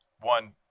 one